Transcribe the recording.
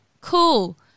cool